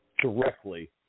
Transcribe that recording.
directly